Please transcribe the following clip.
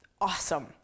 Awesome